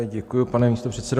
Děkuji, pane místopředsedo.